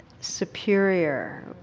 superior